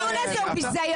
כל הדיון הזה הוא ביזיון.